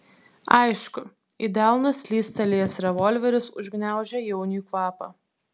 aišku į delną slystelėjęs revolveris užgniaužė jauniui kvapą